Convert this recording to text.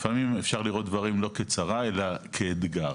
לפעמים אפשר לראות דברים לא כצרה אלא כאתגר.